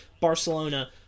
Barcelona